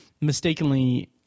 mistakenly